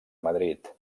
madrid